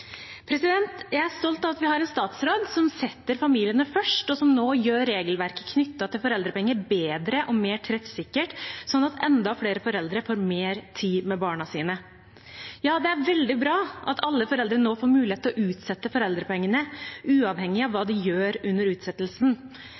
Jeg er stolt av at vi har en statsråd som setter familiene først, og som nå gjør regelverket knyttet til foreldrepenger bedre og mer treffsikkert, slik at enda flere foreldre får mer tid med barna sine. Det er veldig bra at alle foreldre nå får mulighet til å utsette foreldrepengene, uavhengig av hva